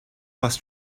bus